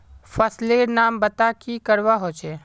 फसल लेर नाम बता की करवा होचे?